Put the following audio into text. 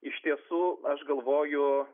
iš tiesų aš galvoju